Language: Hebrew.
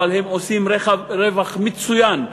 אבל הם עושים רווח מצוין.